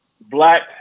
black